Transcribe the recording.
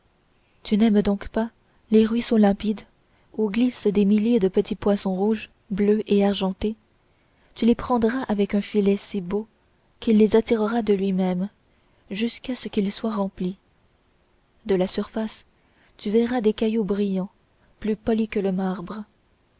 tu n'aimes donc pas les ruisseaux limpides où glissent des milliers de petits poissons rouges bleus et argentés tu les prendras avec un filet si beau qu'il les attirera de lui-même jusqu'à ce qu'il soit rempli de la surface tu verras des cailloux brillants plus polis que le marbre